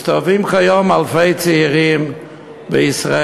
מסתובבים כיום אלפי צעירים בישראל,